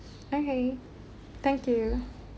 okay thank you